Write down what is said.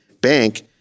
bank